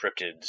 cryptids